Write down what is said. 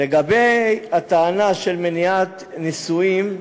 לגבי הטענה של מניעת נישואין,